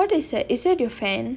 what is that is that your fan